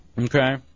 Okay